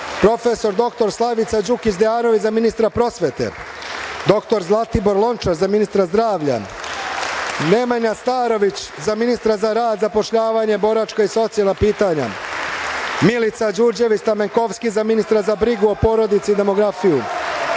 prof. dr Slavica Đukić Dejanović, za ministra prosvete, dr Zlatibor Lončar, za ministra zdravlja; Nemanja Starović, za ministra za rad, zapošljavanje, boračka i socijalna pitanja; Milica Đurđević Stamenkovski, za ministra za brigu o porodici i demografiju;